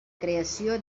creació